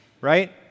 right